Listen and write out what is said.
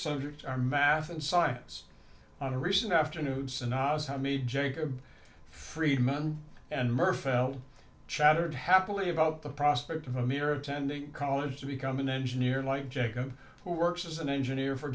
subjects are math and science on a recent afternoon jacob friedman and merfeld chattered happily about the prospect of a mere attending college to become an engineer like jacob who works as an engineer for